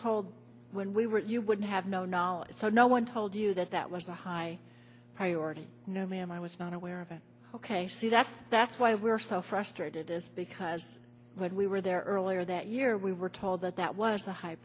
told when we were you would have no knowledge so no one told you that that was a high priority no and i was not aware of it ok so that's that's why we're so frustrated is because when we were there earlier that year we were told that that was a high